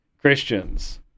christians